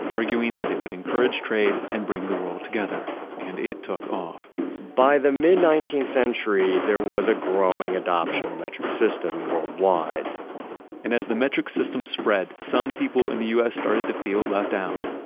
arguing that it would encourage trade and bring the world together and it took off by the mid nineteenth century, there was a growing adoption in the metric system worldwide and as the metric system spread, some people in the u s. started to feel left out,